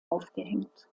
aufgehängt